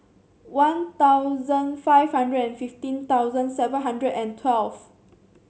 One Thousand five hundred and fifteen thousand seven hundred and twelve